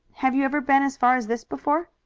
have you ever been as far as this before?